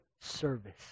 service